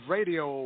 Radio